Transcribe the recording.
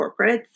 corporates